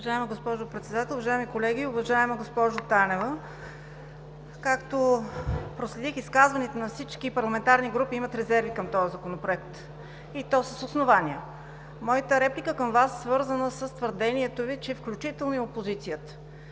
Уважаема госпожо Председател, уважаеми колеги, уважаема госпожо Танева! Проследих изказванията на всички парламентарни групи – имат резерви към този Законопроект, и то с основание. Моята реплика към Вас е свързана с твърдението Ви, че включително и опозицията…